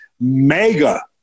mega